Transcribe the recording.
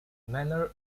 manner